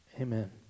amen